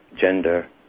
gender